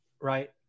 right